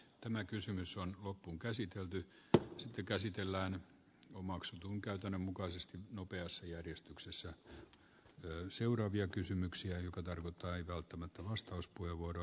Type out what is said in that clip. tämä kysymys on loppuunkäsitelty otti käsitellään omaksutun käytännön mukaisesti nopeassa järjestyksessään jo seuraavia kysymyksiä joko tarvetta ei välttämättä vastauspuheenvuoro